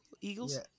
Eagles